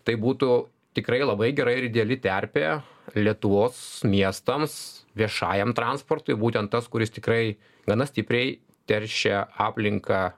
taip būtų tikrai labai gera ir ideali terpė lietuvos miestams viešajam transportui būtent tas kuris tikrai gana stipriai teršia aplinką